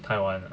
taiwan ah